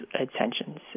attentions